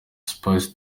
spice